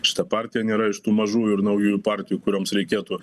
šita partija nėra iš tų mažų ir naujų partijų kurioms reikėtų